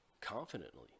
confidently